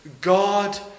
God